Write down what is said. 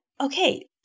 okay